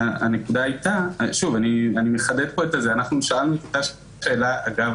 אני מחדד פה ששאלנו את אותה שאלה אגב